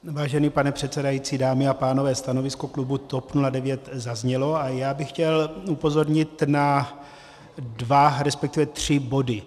Vážený pane předsedající, dámy a pánové, stanovisko klubu TOP 09 zaznělo a já bych chtěl upozornit na dva, resp. tři body.